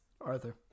Arthur